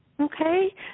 Okay